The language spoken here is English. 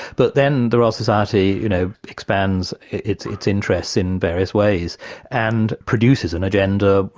but then the royal society you know expands its its interests in various ways and produces an agenda,